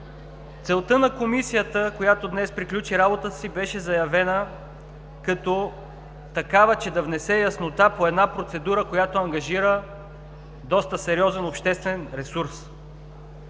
целта на Комисията, която днес приключи работата си, беше заявена като такава, че да внесе яснота по една процедура, която ангажира доста сериозен обществен ресурс.